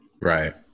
Right